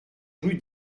rue